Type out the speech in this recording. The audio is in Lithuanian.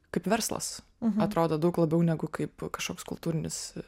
kaip verslas atrodo daug labiau negu kaip kažkoks kultūrinis